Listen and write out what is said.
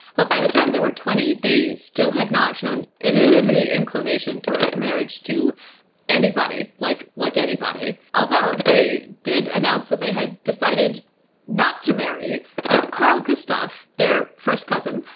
but by the time they were twenty they still had not shown aaannnyyyy inclination towards marriage to anybody, like like anybody. although, they did announce that they had decided not to marry ah karl gustav, their first cousin,